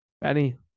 Benny